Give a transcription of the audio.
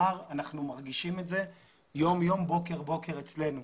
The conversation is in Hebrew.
אנחנו מרגישים את זה יום יום ובוקר בוקר אצלנו.